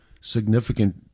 significant